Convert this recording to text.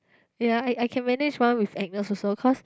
ya I I can manage mah with Agnes also cause